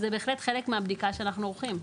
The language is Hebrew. זה בהחלט חלק מהבדיקה שאנחנו עורכים.